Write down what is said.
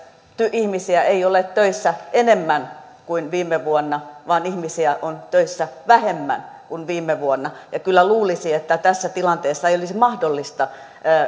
ihmisiä ei ole töissä enemmän kuin viime vuonna vaan ihmisiä on töissä vähemmän kuin viime vuonna kyllä luulisi että tässä tilanteessa ei olisi mahdollista